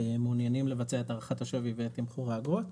מעוניינים לבצע את הערכת השווי ואת תמחור האגרות,